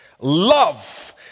love